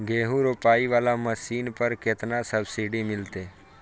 गेहूं रोपाई वाला मशीन पर केतना सब्सिडी मिलते?